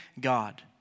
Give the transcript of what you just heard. God